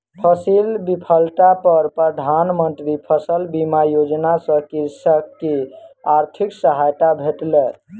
फसील विफलता पर प्रधान मंत्री फसल बीमा योजना सॅ कृषक के आर्थिक सहायता भेटलै